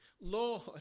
Lord